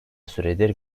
süredir